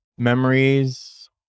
Memories